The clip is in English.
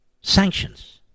Sanctions